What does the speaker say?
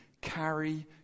carry